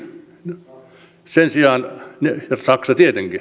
ja saksa tietenkin